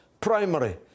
primary